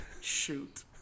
Shoot